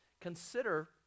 Consider